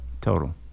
Total